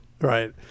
right